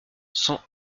cent